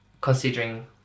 considering